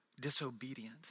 disobedient